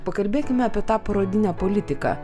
pakalbėkime apie tą parodinę politiką